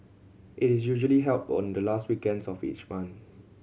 it is usually held on the last weekends of each month